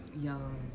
young